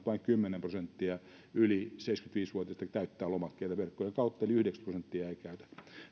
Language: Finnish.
vain kymmenen prosenttia yli seitsemänkymmentäviisi vuotiaista täyttää lomakkeita verkkojen kautta eli yhdeksänkymmentä prosenttia ei täytä